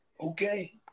Okay